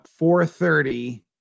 4.30